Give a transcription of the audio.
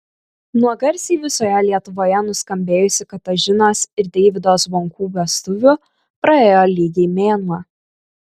nuo garsiai visoje lietuvoje nuskambėjusių katažinos ir deivydo zvonkų vestuvių praėjo lygiai mėnuo